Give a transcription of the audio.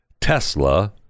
Tesla